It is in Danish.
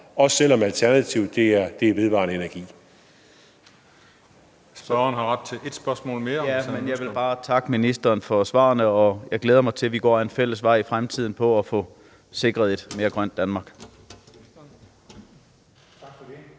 også selv om alternativet er vedvarende energi.